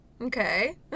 okay